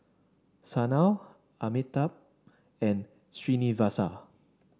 Sanal Amitabh and Srinivasa